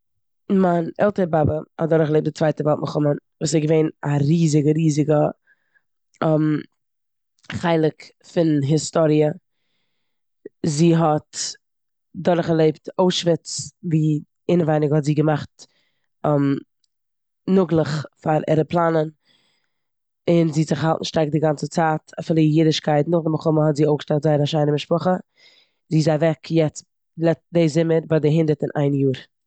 מיין עלטער באבע האט דורכגעלעבט די צווייטע וועלט מלחמה, וואס איז געווען א ריזיגע ריזיגע חלק פון היסטאריע. זי האט דורכגעלעבט אוישוויץ ווי אינעווייניג האט זי געמאכט נאגלעך פאר עראפלאנען און זי האט זיך געהאלטן שטארק די גאנצע צייט אפילו אין אידישקייט. נאך די מלחמה האט זי אויפגעשטעלט זייער א שיינע משפחה. זי איז אוועק יעצט, לע- די זומער ביי די הונדערט און איין יאר.